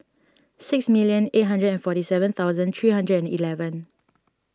six million eight hundred and forty seven thousand three hundred and eleven